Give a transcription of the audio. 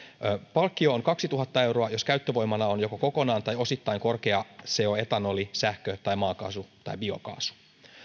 palkkio on kaksituhatta euroa jos käyttövoimana on joko kokonaan tai osittain korkeaseosetanoli sähkö maakaasu tai biokaasu